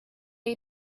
ate